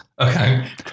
Okay